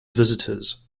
visitors